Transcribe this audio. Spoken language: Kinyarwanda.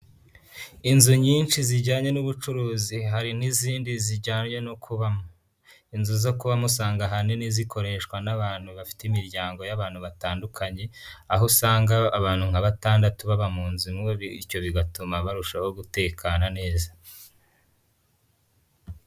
Inzu nyinshi zijyanye n'ubucuruzi, hari n'izindi zijyanye no kubamo. Inzu zo kubamo usanga ahanini zikoreshwa n'abantu bafite imiryango y'abantu batandukanye, aho usanga abantu nka batandatu baba mu nzu imwe bityo bigatuma barushaho gutekana neza.